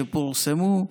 שפורסמו: